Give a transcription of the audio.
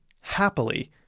happily